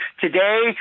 today